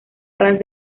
ras